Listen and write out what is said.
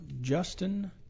Justin